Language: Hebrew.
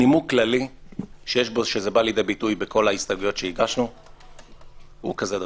נימוק כללי שבא ליד ביטוי בכל ההסתייגויות שהגשנו הוא כזה דבר.